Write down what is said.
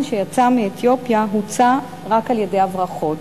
שיצא מאתיופיה הוצא רק על-ידי הברחות.